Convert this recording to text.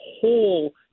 whole